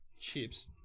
chips